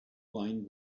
wine